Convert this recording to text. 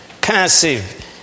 passive